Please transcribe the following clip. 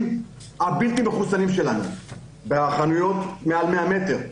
הבלתי מחוסנים שלנו בחנויות מעל 100 מטרים.